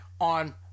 on